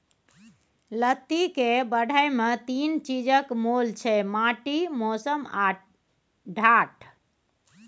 लत्ती केर बढ़य मे तीन चीजक मोल छै माटि, मौसम आ ढाठ